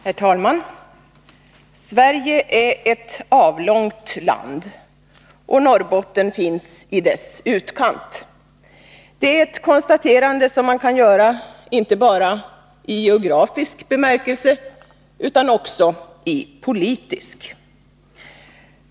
Herr talman! Sverige är ett avlångt land — och Norrbotten finns i dess utkant. Det är ett konstaterande som man kan göra, inte bara i geografisk bemärkelse utan också i politisk.